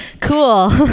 Cool